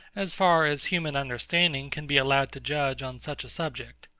as far as human understanding can be allowed to judge on such a subject.